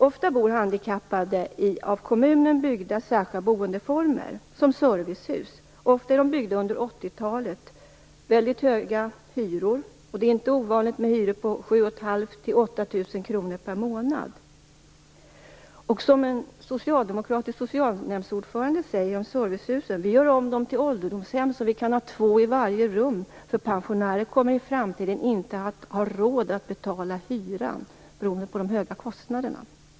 Ofta bor handikappade i av kommunen byggda särskilda boendeformer såsom servicehus. Ofta är de byggda under 80-talet. Det är väldigt höga hyror. Det är inte ovanligt med hyror på 7 500-8 000 kr mer månad. En socialdemokratisk socialnämndsordförande säger om servicehusen: Vi gör om dem till ålderdomshem, så att vi kan ha två i varje rum. Pensionärer kommer i framtiden inte ha råd att betala hyran beroende de höga kostnaderna.